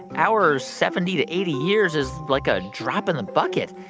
our seventy to eighty years is like a drop in the bucket.